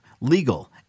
legal